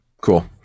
cool